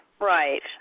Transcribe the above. right